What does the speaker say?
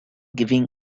giving